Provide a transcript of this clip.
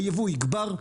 הייבוא יגבר,